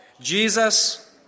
Jesus